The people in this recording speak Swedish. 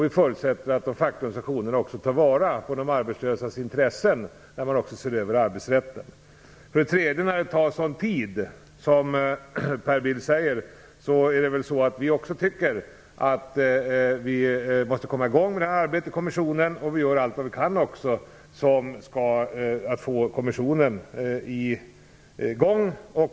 Vi förutsätter att de fackliga organisationerna också tar till vara de arbetslösas intressen när man ser över arbetsrätten. För det tredje säger Per Bill att det tar lång tid. Vi tycker också att kommissionen måste komma i gång med det här arbetet. Vi gör också allt vad vi kan för att få i gång kommissionen.